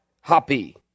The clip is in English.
Happy